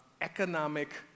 economic